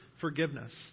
forgiveness